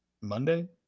monday